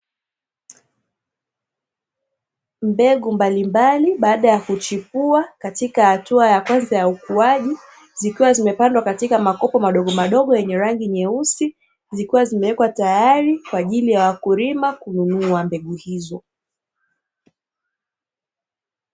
Mbegu mbalimbali baada ya kuchipua katika hatua ya kwanza ya ukuaji, zikiwa zimepandwa katika makopo madogomadogo yenye rangi nyeusi, zikiwa zimewekwa tayari, kw ajili ya wakulima kununua mbegu hizo.